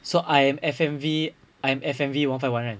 so I am F_M_V I'm F_M_V one five one right